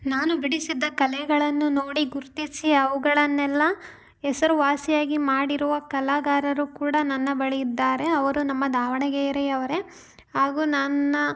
ನಾನು ಬಿಡಿಸಿದ್ದ ಕಲೆಗಳನ್ನು ನೋಡಿ ಗುರುತಿಸಿ ಅವುಗಳನ್ನೆಲ್ಲ ಹೆಸರುವಾಸಿಯಾಗಿ ಮಾಡಿರುವ ಕಲಾಗಾರರು ಕೂಡ ನನ್ನ ಬಳಿ ಇದ್ದಾರೆ ಅವರು ನಮ್ಮ ದಾವಣಗೆರೆ ಅವರೇ ಹಾಗು ನನ್ನ